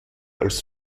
als